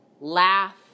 laugh